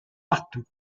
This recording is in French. partout